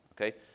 Okay